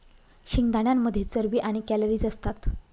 शेंगदाण्यांमध्ये चरबी आणि कॅलरीज असतात